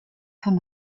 von